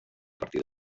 partir